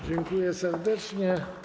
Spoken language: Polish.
Dziękuję serdecznie.